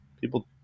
people